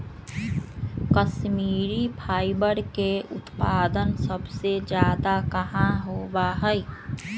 Kashmiri fibre के उत्पादन सबसे ज्यादा कहाँ होबा हई?